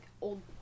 old